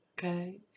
Okay